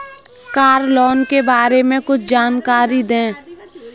Car loan के बारे में कुछ जानकारी दें?